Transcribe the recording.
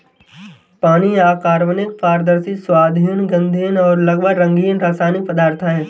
पानी अकार्बनिक, पारदर्शी, स्वादहीन, गंधहीन और लगभग रंगहीन रासायनिक पदार्थ है